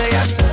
Yes